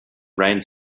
reins